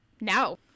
now